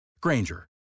Granger